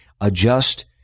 adjust